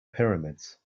pyramids